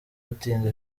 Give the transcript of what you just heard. utinda